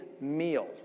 meal